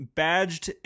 badged